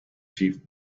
chief